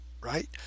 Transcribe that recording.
right